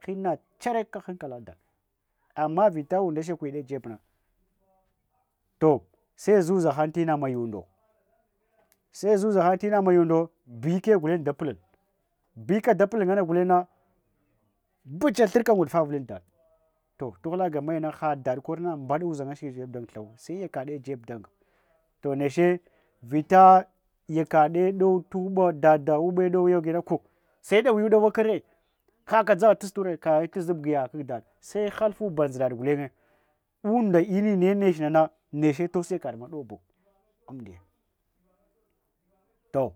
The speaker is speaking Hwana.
Hinna charaika harkalatan ama vita unda shivwed jebna tose zuza han ina maya undo se zuza han ina maya undo bika gulun dapl bike dapl ana gulenna pachaka thrka ngugufavile dada to tuhala gamayana ha dada korna mbada uzhanya shid uzhanya shid da do utu uba dada ube dohlina ko sedawi dawa kare haka dsagha yasture kaghe tazibgiya kag dadda sahar fube zhirada gulenye unda ininan neche nananeche tose yakadi madobo amdiya to